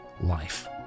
life